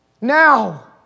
Now